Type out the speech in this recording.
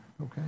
Okay